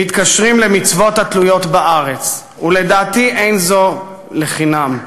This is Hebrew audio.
מתקשרים למצוות התלויות בארץ, ולדעתי זה לא לחינם.